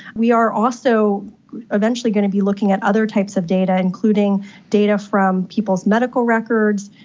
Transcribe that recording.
we are also eventually going to be looking at other types of data, including data from people's medical records,